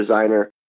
designer